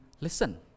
listen